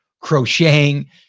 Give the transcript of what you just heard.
crocheting